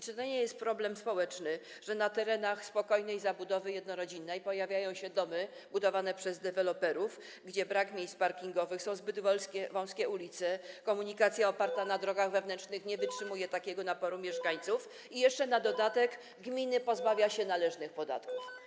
Czy to nie jest problem społeczny, że na terenach spokojnej zabudowy jednorodzinnej pojawiają się domy budowane przez deweloperów, gdzie brak jest miejsc parkingowych, gdzie są zbyt wąskie ulice, komunikacja oparta na drogach wewnętrznych nie wytrzymuje takiego naporu mieszkańców i jeszcze na dodatek gminy pozbawia się należnych podatków?